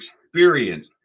experience